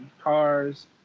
cars